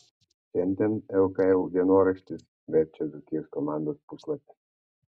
šiandien lkl dienoraštis verčia dzūkijos komandos puslapį